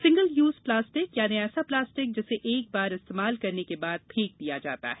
single use plastic यानी ऐसा plastic जिसे एक बार इस्तेमाल करने के बाद फेंक दिया जाता है